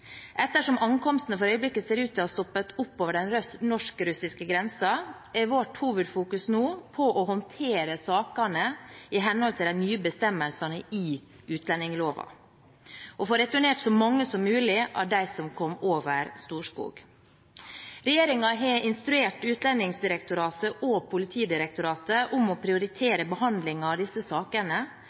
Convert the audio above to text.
Ettersom ankomstene for øyeblikket ser ut til å ha stoppet opp over den norsk-russiske grensen, er vårt hovedfokus nå å håndtere sakene i henhold til de nye bestemmelsene i utlendingsloven og få returnert så mange som mulig av dem som kom over Storskog. Regjeringen har instruert Utlendingsdirektoratet og Politidirektoratet om å prioritere behandling av disse sakene